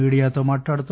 మీడియాతో మాట్లాడుతూ